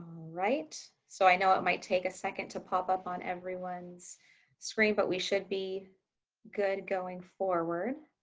right, so i know it might take a second to pop up on everyone's screen, but we should be good going forward.